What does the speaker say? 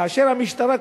כאשר המשטרה,